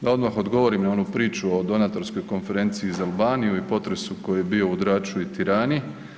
Da odmah odgovorim na onu priču o Donatorskoj konferenciji za Albaniju i potresu koji je bio u Draču i Tirani.